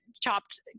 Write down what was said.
chopped